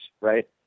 Right